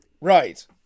Right